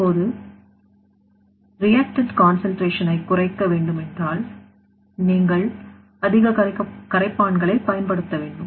இப்போது குறைக்க வேண்டுமென்றால் நீங்கள் அதிக கரப்பான்களை பயன்படுத்த வேண்டும்